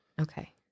Okay